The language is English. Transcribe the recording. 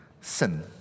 Sin